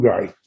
guy